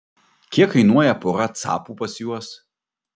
kiek kainuoja pora capų pas juos